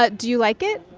but do you like it?